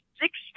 six